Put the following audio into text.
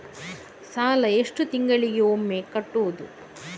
ಸಾಲ ಎಷ್ಟು ತಿಂಗಳಿಗೆ ಒಮ್ಮೆ ಕಟ್ಟುವುದು?